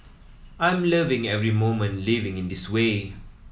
I'm loving every moment living in this way